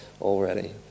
already